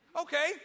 okay